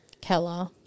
Keller